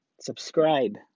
subscribe